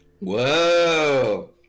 Whoa